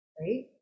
right